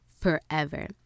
forever